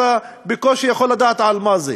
אתה בקושי יכול לדעת על מה זה.